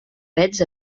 pets